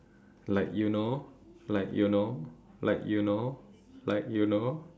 like you know like you know like you know like you know